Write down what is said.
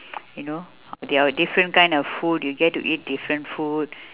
you know their different kind of food you get to eat different food